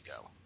go